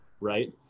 right